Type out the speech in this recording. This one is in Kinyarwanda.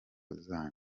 zanyu